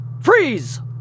Freeze